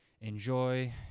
enjoy